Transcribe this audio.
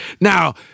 Now